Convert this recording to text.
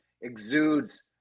exudes